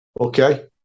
Okay